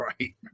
Right